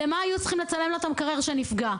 למה היו צריכים לצלם לה את המקרר שנפגע?